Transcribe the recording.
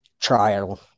trial